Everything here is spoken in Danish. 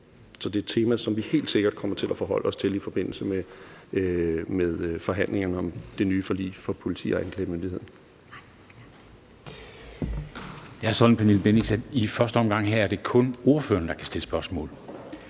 Så det er et tema, som vi helt sikkert kommer til at forholde os til i forbindelse med forhandlingerne om det nye forlig for politi og anklagemyndigheden.